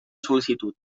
sol·licitud